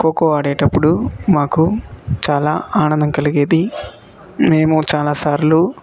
ఖోఖో ఆడేటప్పుడు మాకు చాలా ఆనందం కలిగేది మేము చాలా సార్లు